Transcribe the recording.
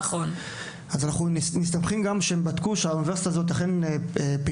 אנחנו גם מסתמכים על כך שהם בדקו שהאוניברסיטה הזו אכן פעילה,